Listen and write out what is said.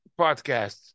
podcasts